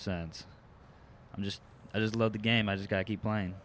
since i just i just love the game i just got to keep playing